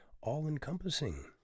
all-encompassing